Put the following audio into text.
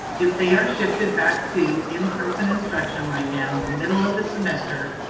if they are shifted back to in-person instruction right now in the middle of the semester,